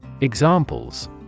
Examples